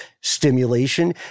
stimulation